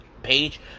page